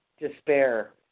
despair